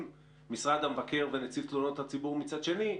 משרד המבקר ונציב תלונות הציבור מצד שני,